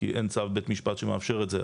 כי אין צו בית משפט שמאפשר את זה,